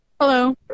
Hello